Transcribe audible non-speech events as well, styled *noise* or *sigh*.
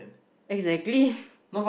exactly *laughs*